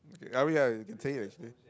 okay I mean yeah you can say it actually